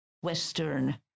western